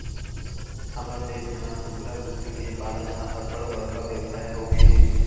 हमर देस म कुकरा, कुकरी के पालन ह अब्बड़ बड़का बेवसाय होगे हे